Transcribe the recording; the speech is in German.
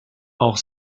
auch